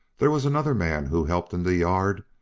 there was another man who helped in the yard,